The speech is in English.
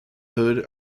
hood